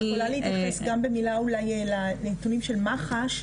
אני יכולה במילה גם להתייחס לנתונים של מח"ש,